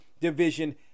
division